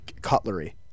cutlery